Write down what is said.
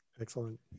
Excellent